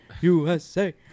USA